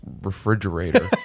refrigerator